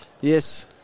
Yes